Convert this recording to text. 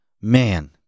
Man